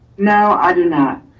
no, i do not.